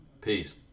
Peace